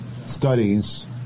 studies